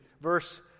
verse